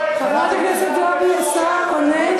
כבוד השר עומד לדבר.